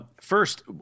first